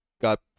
got